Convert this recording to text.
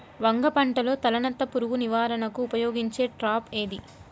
వంగ పంటలో తలనత్త పురుగు నివారణకు ఉపయోగించే ట్రాప్ ఏది?